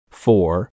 Four